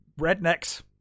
rednecks